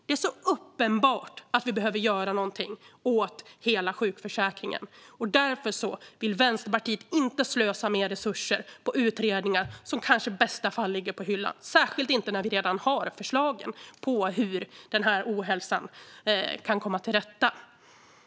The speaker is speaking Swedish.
Det är uppenbart att vi behöver göra någonting åt hela sjukförsäkringen. Därför vill Vänsterpartiet inte slösa mer resurser på utredningar som i bästa fall kanske läggs på hyllan, och särskilt inte när vi redan har förslagen på hur man kan komma till rätta med den här ohälsan.